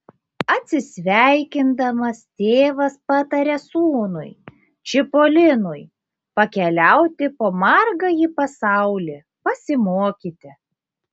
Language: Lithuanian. atsisveikindamas tėvas pataria sūnui čipolinui pakeliauti po margąjį pasaulį pasimokyti